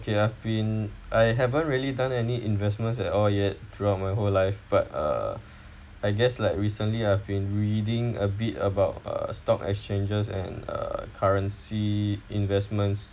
okay I've been I haven't really done any investments at all yet throughout my whole life but uh I guess like recently I've been reading a bit about uh stock exchanges and uh currency investments